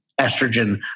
estrogen